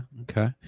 okay